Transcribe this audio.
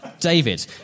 David